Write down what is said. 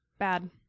bad